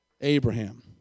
Abraham